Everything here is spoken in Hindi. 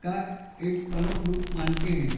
का एक प्रमुख रूप मानते हैं